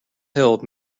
held